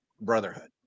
brotherhood